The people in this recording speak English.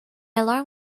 alarm